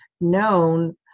known